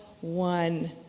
one